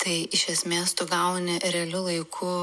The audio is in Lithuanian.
tai iš esmės tu gauni realiu laiku